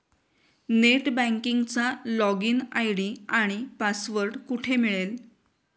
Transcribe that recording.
Net बँकिंगचा login ID आणि password कुठे मिळेल?